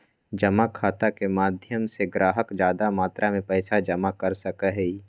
जमा खाता के माध्यम से ग्राहक ज्यादा मात्रा में पैसा जमा कर सका हई